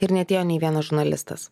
ir neatėjo nei vienas žurnalistas